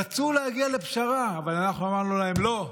רצו להגיע לפשרה, אנחנו אמרנו להם לא,